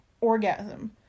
orgasm